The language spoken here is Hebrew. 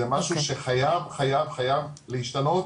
זה משהו שחייב חייב חייב להשתנות